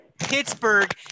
pittsburgh